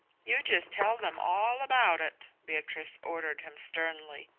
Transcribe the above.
you just tell them all about it, beatrice ordered him sternly.